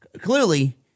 Clearly